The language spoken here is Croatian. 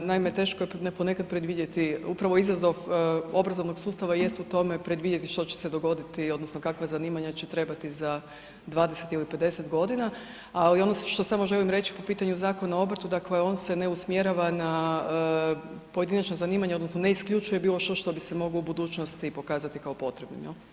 Naime, teško je ponekad predvidjeti upravo izazov obrazovnog sustava jest u tome, predvidjeti što će se dogoditi, odnosno kakva zanimanja će trebati za 20 ili 50 godina, ali ono što samo želim reći po pitanju Zakona o obrtu, dakle on se ne usmjerava na pojedinačna zanimanja, odnosno ne isključuje bilo što što bi se moglo u budućnosti pokazati kao potrebno.